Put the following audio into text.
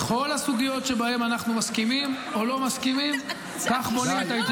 בכל הסוגיות שאנחנו מסכימים או לא מסכימים עליהן,